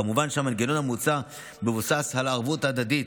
כמובן, המנגנון המוצע מבוסס על הערבות ההדדית